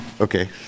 Okay